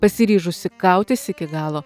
pasiryžusi kautis iki galo